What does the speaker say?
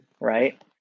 right